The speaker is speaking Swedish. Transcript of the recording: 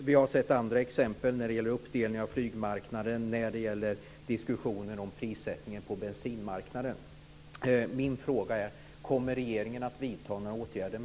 Vi har även sett andra exempel. Det gäller uppdelningen av flygmarknaden, diskussioner om prissättningen på bensinmarknaden osv.